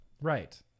Right